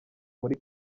muri